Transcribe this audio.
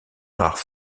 rares